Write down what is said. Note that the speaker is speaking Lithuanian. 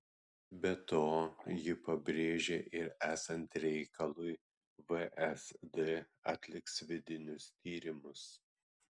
be to ji pabrėžė ir esant reikalui vsd atliks vidinius tyrimus